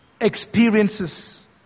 Experiences